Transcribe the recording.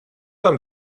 tam